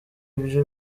ibyo